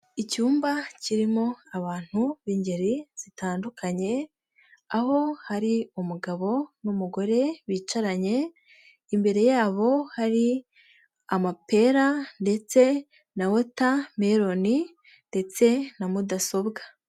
Icyumba kirimo abantu b'ingeri zitandukanye, aho hari umugabo n'umugore bicaranye, imbere yabo hari amapera ndetse na wota meloni ndetse na mudasobwa.